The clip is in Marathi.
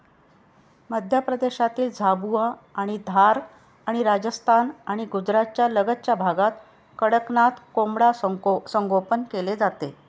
मध्य प्रदेशातील झाबुआ आणि धार आणि राजस्थान आणि गुजरातच्या लगतच्या भागात कडकनाथ कोंबडा संगोपन केले जाते